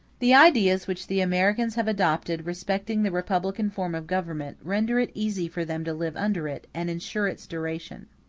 the ideas which the americans have adopted respecting the republican form of government, render it easy for them to live under it, and insure its duration.